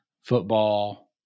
football